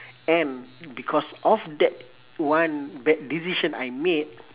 and because of that one bad decision I made